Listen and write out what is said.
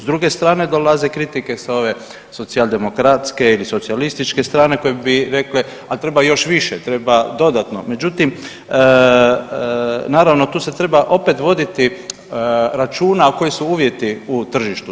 S druge strane dolaze kritike sa ove socijaldemokratske ili socijalističke strane koje bi rekle, ali treba još više, treba dodatno, međutim, naravno tu se treba opet voditi računa koji su uvjeti u tržištu.